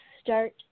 start